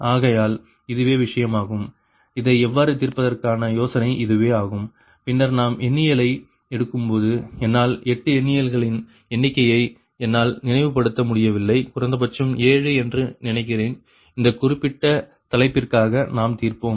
ஆகையால் இதுவே விஷயமாகும் இதை எவ்வாறு தீர்ப்பதற்கான யோசனை இதுவே ஆகும் பின்னர் நாம் எண்ணியலை எடுக்கும் பொது என்னால் 8 எண்ணியல்களின் எண்ணிக்கையை என்னால் நினைவுபடுத்த முடியவில்லை குறைந்தபட்சம் 7 என்று நினைக்கிறேன் இந்த குறிப்பிட்ட தலைப்பிற்காக நாம் தீர்ப்போம்